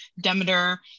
Demeter